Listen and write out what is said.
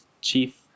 Chief